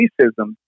racism